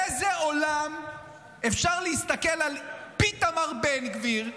באיזה עולם אפשר להסתכל על פיתמר בן גביר ולהגיד: